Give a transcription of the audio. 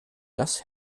das